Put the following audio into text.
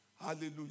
Hallelujah